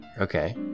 okay